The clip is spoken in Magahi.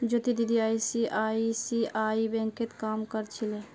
ज्योति दीदी आई.सी.आई.सी.आई बैंकत काम कर छिले